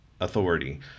authority